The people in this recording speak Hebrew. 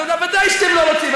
נו, ודאי שאתם לא רוצים.